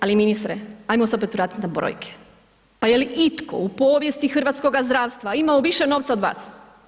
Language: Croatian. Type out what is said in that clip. Ali ministre, ajmo se opet vratiti na brojke, pa je li itko u povijesti hrvatskoga zdravstva imao više novaca od vas?